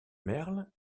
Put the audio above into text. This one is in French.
merle